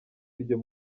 iryo